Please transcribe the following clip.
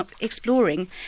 exploring